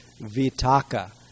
vitaka